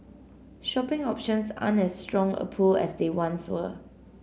shopping options aren't as strong a pull as they once were